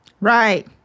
Right